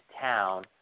town